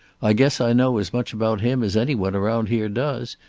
i guess i know as much about him as any one around here does,